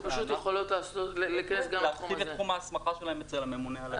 צריך להרחיב את תחום ההסמכה שלהם אצל הממונה על התקינה.